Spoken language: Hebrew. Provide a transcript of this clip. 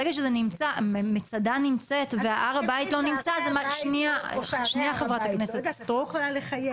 ברגע שמצדה נמצאת והר הבית לא נמצא ----- את לא יכולה לחייב.